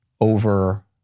over